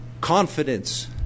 confidence